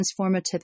transformative